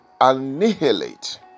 annihilate